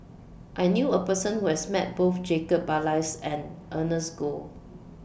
I knew A Person Who has Met Both Jacob Ballas and Ernest Goh